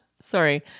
Sorry